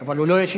אבל הוא לא ישיב.